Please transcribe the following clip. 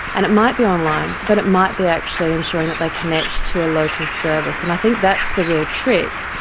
and it might be online but it might be actually ensuring that they connect to a local service, and i think that's the real trick,